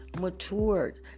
matured